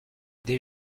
des